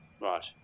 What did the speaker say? Right